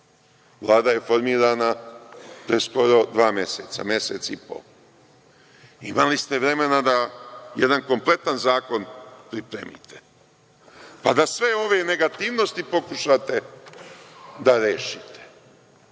Vlada je formirana pre skoro dva meseca, mesec i po, imali ste vremena da jedan kompletan zakon pripremite, pa da sve ove negativnosti pokušate da rešite.